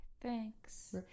Thanks